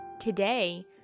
Today